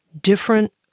different